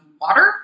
water